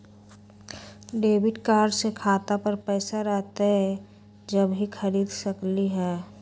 Debit card से खाता पर पैसा रहतई जब ही खरीद सकली ह?